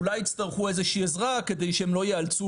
אולי הם יצטרכו איזושהי עזרה כדי שהם לא ייאלצו